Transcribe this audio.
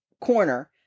corner